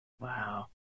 Wow